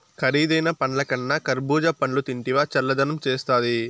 కరీదైన పండ్లకన్నా కర్బూజా పండ్లు తింటివా చల్లదనం చేస్తాది